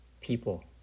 people